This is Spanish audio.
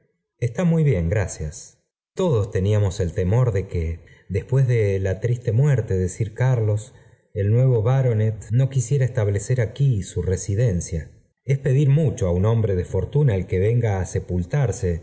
está muy bien gracias todos teníamos el temor de que después de la triste muerte de sir carlos el nuevo baronet no quisiera establecer aquí su residencia es pedir mucho á un hombre de fortuna el que venga á sepultarse